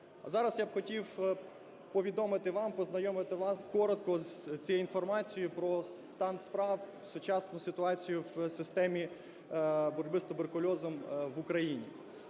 зараз я хотів повідомити вас, познайомити вас коротко з цією інформацією про стан справ, сучасну ситуацію в системі боротьби з туберкульозом в Україні.